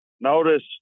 Notice